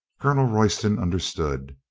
colonel royston understood.